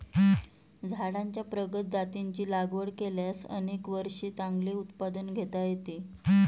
झाडांच्या प्रगत जातींची लागवड केल्यास अनेक वर्षे चांगले उत्पादन घेता येते